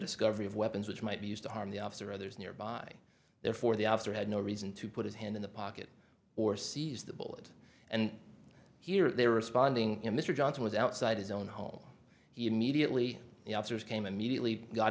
discovery of weapons which might be used to harm the officer others nearby therefore the officer had no reason to put his hand in the pocket or seize the bullet and here they were responding to mr johnson was outside his own home he immediately the officers came immediately got